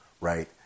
Right